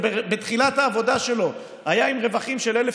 שבתחילת העבודה שלו היה עם רווחים של 1,000